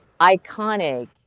iconic